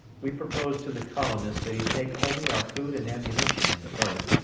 we proposed to the colonist that he take only our food and ammunition in the boat,